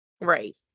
Right